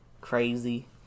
crazy